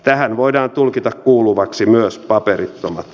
tähän voidaan tulkita kuuluvaksi myös paperittomat